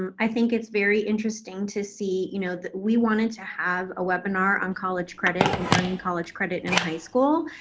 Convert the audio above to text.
i think it's very interesting to see, you know, that we wanted to have a webinar on college credit and earning college credit in high school,